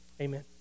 amen